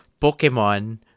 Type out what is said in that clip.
Pokemon